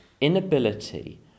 inability